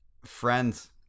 Friends